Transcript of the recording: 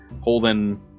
holding